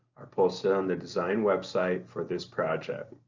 are posted on the design website for this project.